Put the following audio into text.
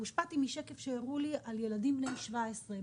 הושפעתי משקף שהראו לי על ילדים בני 17,